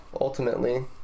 ultimately